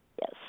Yes